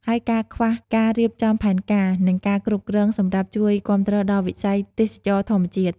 ហើយការខ្វះការរៀបចំផែនការ និងការគ្រប់គ្រងសម្រាប់ជួយគាំទ្រដល់វិស័យទេសចរណ៍ធម្មជាតិ ។